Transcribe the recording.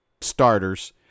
starters